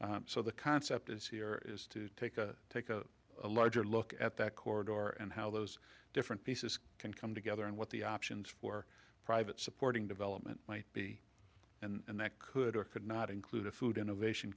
so the concept is here is to take a take a larger look at that corridor and how those different pieces can come together and what the options for private supporting development might be and that could or could not include a food innovation